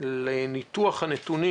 לניתוח הנתונים,